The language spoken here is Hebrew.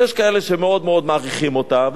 שיש כאלה שמאוד מאוד מעריכים אותה,